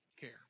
care